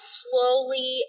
slowly